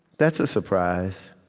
that's a surprise